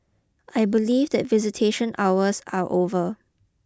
I believe that visitation hours are over